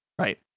right